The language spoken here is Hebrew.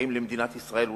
האם למדינת ישראל ולאזרחיה,